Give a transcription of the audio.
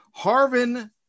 Harvin